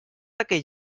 aquell